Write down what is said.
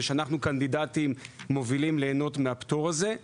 ושאנחנו קנדידטים מובילים ליהנות מהפטור הזה,